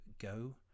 go